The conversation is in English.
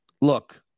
look